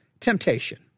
Temptation